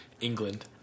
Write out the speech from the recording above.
England